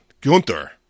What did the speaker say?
Gunther